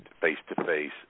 face-to-face